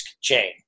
chain